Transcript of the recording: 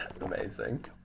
amazing